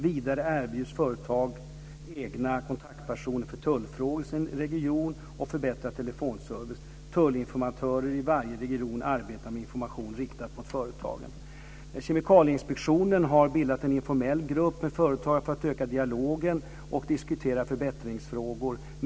Vidare erbjuds företag egna kontaktpersoner för tullfrågor i sin region och förbättrad telefonservice. Tullinformatörer i varje region arbetar med information riktad mot företagen. Kemikalieinspektionen har bildat en informell grupp med företagare för att öka dialogen och diskutera förbättringsfrågor.